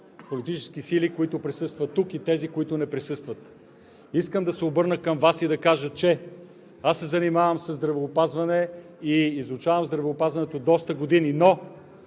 политически сили, които присъстват тук, и тези, които не присъстват. Искам да се обърна към Вас и да кажа, че аз се занимавам със здравеопазване и изучавам здравеопазването доста години, но